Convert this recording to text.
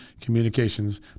communications